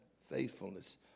faithfulness